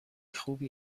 خوبی